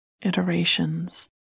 iterations